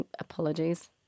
apologies